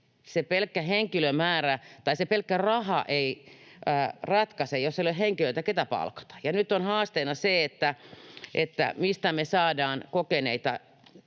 se pelkkä raha ei ratkaise, jos ei ole henkilöitä, keitä palkata. Ja nyt on haasteena se, mistä me saadaan kokeneita